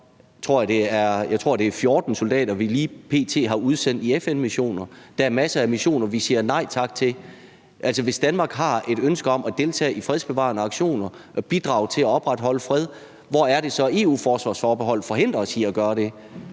er det 14 soldater, tror jeg, vi lige p.t. har udsendt i FN-missioner, og der er masser af missioner, vi siger nej tak til. Altså, hvis Danmark har et ønske om at deltage i fredsbevarende aktioner og bidrage til at opretholde fred, hvorfor er det så, EU-forsvarsforbeholdet forhindrer os i at gøre det?